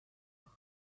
take